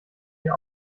mir